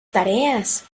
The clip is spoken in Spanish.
tareas